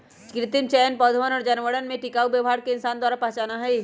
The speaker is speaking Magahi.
कृत्रिम चयन पौधवन और जानवरवन में टिकाऊ व्यवहार के इंसान द्वारा पहचाना हई